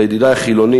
לידידי החילונים,